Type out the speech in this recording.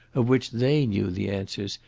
of which they knew the answers,